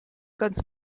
ganz